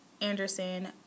Anderson